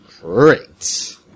Great